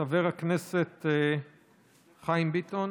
חבר הכנסת חיים ביטון,